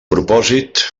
propòsit